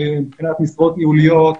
מבחינת משרות ניהוליות,